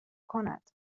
کند